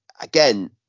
again